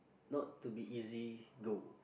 not to be easy goal